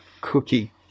cookie